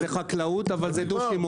זה חקלאות, אבל זה דו שימוש.